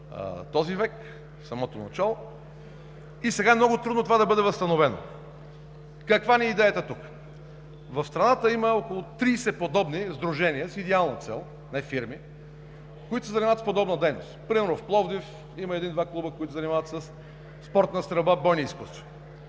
този век. Сега е много трудно това да бъде възстановено. Каква е идеята ни тук? В страната има около 30 подобни сдружения с идеална цел – не фирми, които се занимават с подобна дейност. Примерно в Пловдив има един-два клуба, които се занимават със спортна стрелба и с бойни изкуства.